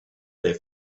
their